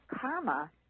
karma